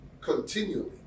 continually